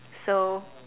so